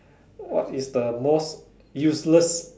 what is the most useless